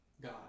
God